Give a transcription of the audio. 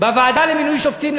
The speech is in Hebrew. בוועדה למינוי שופטים,